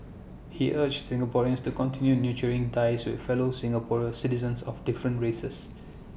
he urged Singaporeans to continue nurturing ties with fellow Singaporeans citizens of different races